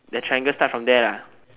the triangle start from there lah